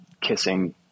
kissing